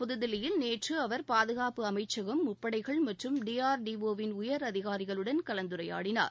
புதுதில்லியில் நேற்று அவர் பாதுகாப்பு அமைச்சகம் முப்படைகள் மற்றும் டிஆர்டிஓ வின் உயரதிகாரிகளுடன் கலந்துரையாடினார்